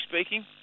speaking